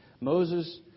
Moses